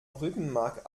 rückenmark